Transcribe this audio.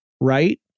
right